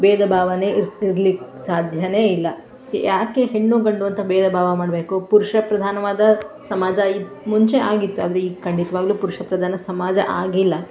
ಬೇಧ ಭಾವನೆ ಇರಲಿಕ್ಕೆ ಸಾಧ್ಯವೇ ಇಲ್ಲ ಯಾಕೆ ಹೆಣ್ಣು ಗಂಡು ಅಂತ ಬೇಧ ಭಾವ ಮಾಡಬೇಕು ಪುರುಷ ಪ್ರಧಾನವಾದ ಸಮಾಜ ಈ ಮುಂಚೆ ಆಗಿತ್ತು ಆದರೆ ಈಗ ಖಂಡಿತವಾಗ್ಲೂ ಪುರುಷ ಪ್ರಧಾನ ಸಮಾಜ ಆಗಿಲ್ಲ